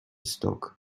stock